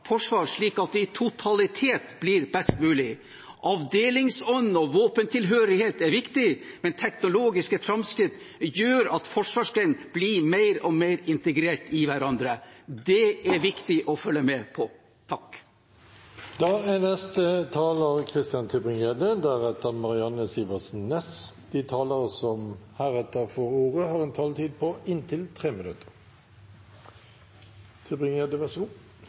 forsvar slik at det i totalitet blir best mulig. Avdelingsånd og våpentilhørighet er viktig, men teknologiske framskritt gjør at forsvarsgrenene blir mer og mer integrert i hverandre. Det er viktig å følge med på. De talere som heretter får ordet, har en taletid på inntil 3 minutter. Jeg ble så